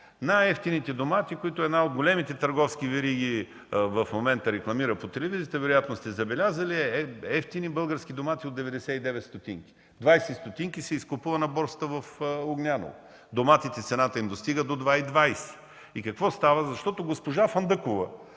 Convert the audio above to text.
Най-евтините домати, които една от големите търговски вериги в момента рекламира по телевизията, вероятно сте забелязали, е евтини български домати от 0,99 лв. – 0,20 лв. се изкупуват на борсата в Огняново, а цената на доматите достига до 2,20 лв. И какво става? Защото госпожа Фандъкова